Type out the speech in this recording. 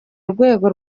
rwego